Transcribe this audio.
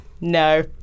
No